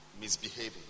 misbehaving